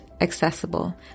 accessible